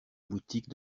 boutique